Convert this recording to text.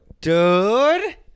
Dude